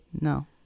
No